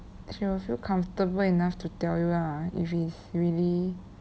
she will feel comfortable enough to tell you lah if it's really